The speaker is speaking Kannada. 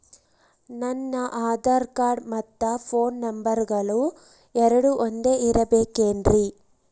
ನನ್ನ ಆಧಾರ್ ಕಾರ್ಡ್ ಮತ್ತ ಪೋನ್ ನಂಬರಗಳು ಎರಡು ಒಂದೆ ಇರಬೇಕಿನ್ರಿ?